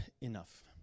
enough